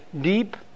deep